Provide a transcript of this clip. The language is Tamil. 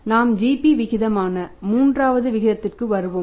நாம் GP விகிதமான மூன்றாவது விகிதத்திற்கு வருவோம்